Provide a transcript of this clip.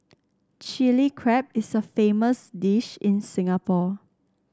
Chilli Crab is a famous dish in Singapore